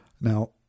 Now